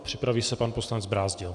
Připraví se pan poslanec Brázdil.